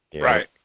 right